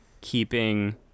keeping